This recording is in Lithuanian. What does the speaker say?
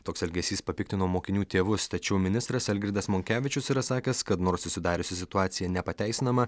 toks elgesys papiktino mokinių tėvus tačiau ministras algirdas monkevičius yra sakęs kad nors susidariusi situacija nepateisinama